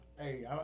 Hey